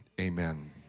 amen